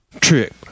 Trick